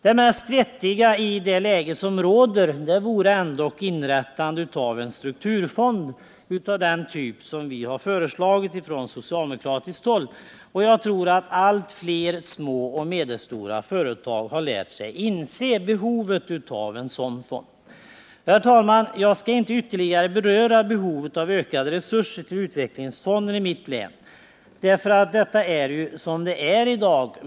Det mest vettiga i det läge som råder vore ändå inrättandet av en strukturfond av den typ som vi har föreslagit från socialdemokratiskt håll, och jag tror att allt fler små och medelstora företag har lärt sig inse behovet av en sådan fond. Jag skall inte ytterligare beröra behovet av ökade resurser till utvecklingsfonden i mitt län, därför att det är i dag som det är.